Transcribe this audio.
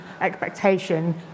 expectation